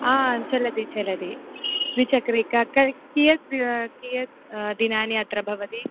आ चलति चलति द्विचक्रिका क कियत् कियत् दिनानि अत्र भवति